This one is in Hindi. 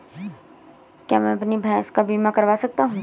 क्या मैं अपनी भैंस का बीमा करवा सकता हूँ?